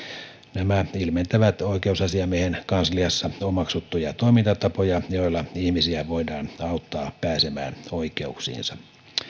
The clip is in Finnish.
nämä ilmentävät oikeusasiamiehen kansliassa omaksuttuja toimintatapoja joilla ihmisiä voidaan auttaa pääsemään oikeuksiinsa